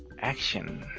action.